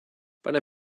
pane